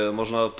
można